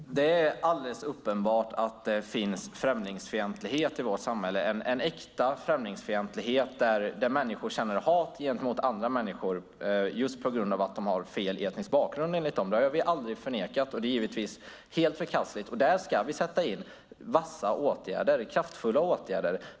Herr talman! Det är alldeles uppenbart att det finns främlingsfientlighet i vårt samhälle, en äkta främlingsfientlighet där människor känner hat gentemot andra människor just på grund av att de har fel etnisk bakgrund enligt dem. Det har vi aldrig förnekat. Det är givetvis helt förkastligt. Där ska vi sätta in vassa och kraftfulla åtgärder.